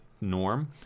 norm